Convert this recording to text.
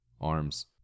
arms